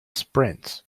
sprints